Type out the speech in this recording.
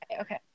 Okay